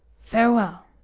Farewell